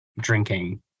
drinking